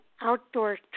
Outdoor